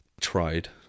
tried